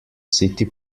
city